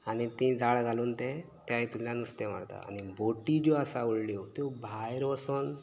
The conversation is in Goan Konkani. आनी ती जाळ घालून त्या हेतूंतल्यान नुस्ते मारता आनी बोटी ज्यो आसा व्हडल्यो त्यो भायर वोसोन